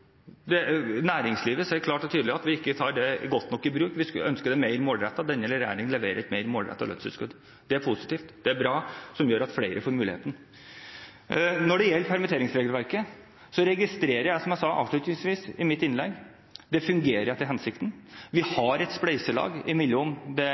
lønnstilskudd. Næringslivet sier klart og tydelig at vi ikke tar det godt nok i bruk, og at de skulle ønske det var mer målrettet. Denne regjeringen leverer et mer målrettet lønnstilskudd. Det er positivt, og det er bra, noe som gjør at flere får muligheten. Når det gjelder permitteringsregelverket, registrerer jeg, som jeg sa avslutningsvis i mitt innlegg, at det fungerer etter hensikten. Vi har et spleiselag mellom det